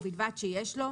ובלבד שיש לו,